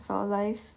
of our lives